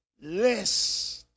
list